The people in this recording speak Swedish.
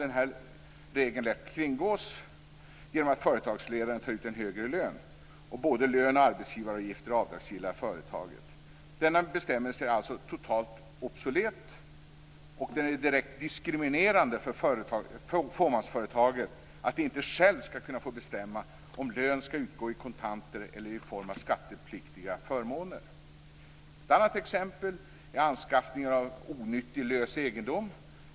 Nu kan regeln lätt kringgås genom att företagsledaren tar ut en högre lön. Både lön och arbetsgivaravgifter är avdragsgilla i företaget. Denna bestämmelse är totalt obsolet, och den är direkt diskriminerande för fåmansföretagaren, som inte själv får bestämma om lön skall utgå i kontanter eller i form av skattepliktiga förmåner. Ett annat exempel är anskaffningen av onyttig lös egendom.